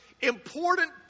important